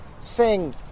sing